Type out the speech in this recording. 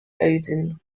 odin